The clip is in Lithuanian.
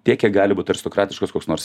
tiek kiek gali būt aristokratiškas koks nors